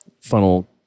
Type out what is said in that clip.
funnel